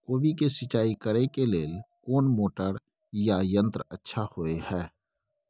कोबी के सिंचाई करे के लेल कोन मोटर या यंत्र अच्छा होय है?